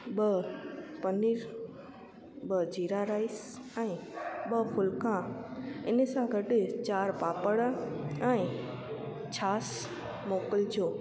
ॿ पनीर ॿ जीरा राइस ऐं ॿ फुलका इन सां गॾु चारि पापड़ ऐं छाछ मोकिलिजो